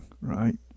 right